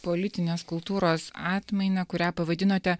politinės kultūros atmainą kurią pavadinote